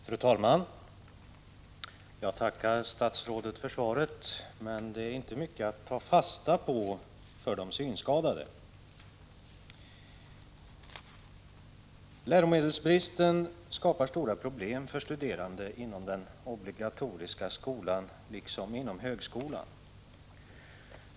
Fru talman! Jag tackar statsrådet för svaret, men det är inte mycket att ta fasta på för de synskadade. Läromedelsbristen skapar stora problem för studerande inom den obligatoriska skolan, liksom inom högskolan.